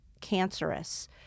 cancerous